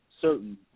certain